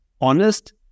honest